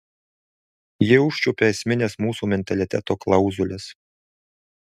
ji užčiuopia esmines mūsų mentaliteto klauzules